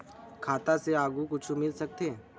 खाता से आगे कुछु मिल सकथे?